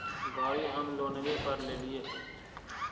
गाड़ी हम लोनवे पर लेलिऐ हे?